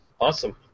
Awesome